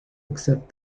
except